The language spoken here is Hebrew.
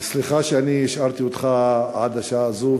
סליחה שהשארתי אותך עד השעה הזאת,